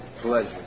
pleasure